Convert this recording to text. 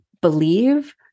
believe